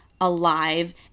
alive